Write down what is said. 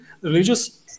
religious